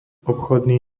obchodný